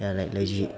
ya like legit